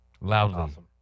Loudly